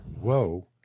whoa